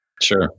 Sure